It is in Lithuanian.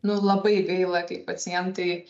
nu labai gaila kai pacientai